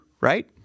right